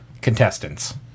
Contestants